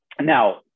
now